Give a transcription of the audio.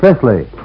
Presley